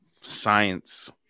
science